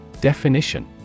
Definition